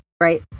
right